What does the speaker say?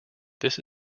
this